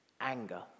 anger